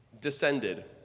descended